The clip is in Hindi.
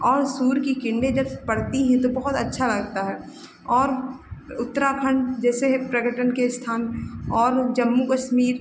और सूर्य की किरणें जब पड़ती हैं तब बहुत अच्छा लगता है और उत्तराखण्ड जैसे है पर्यटन के स्थान और जम्मू कश्मीर